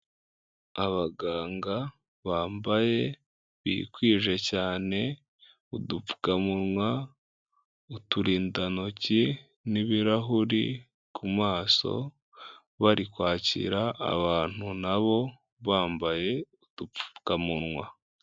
Abaganga bambaye bikwije cyane udupfukamunwa uturindantoki n'ibirahuri ku maso bari kwakira abantu na bo bambaye udupfukamunwa.